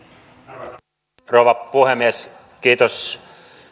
arvoisa rouva puhemies kiitos